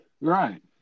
Right